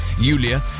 Yulia